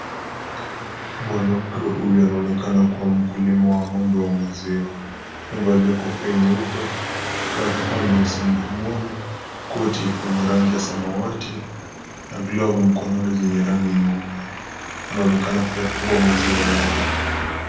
Mwanamke huyu anaonekana kuwa mkulima wa ngombe wa maziwa, amevalia kofia nyeupe, barakoa nyeusi mdomoni, koti lenye rangi ya samawati na glavu mkononi zenye rangi nyeupe, anaonekana kuyakagua maziwa yake.